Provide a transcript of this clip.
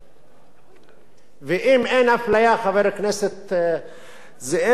ואם אין אפליה, חבר הכנסת זאב, אז החוק מיותר.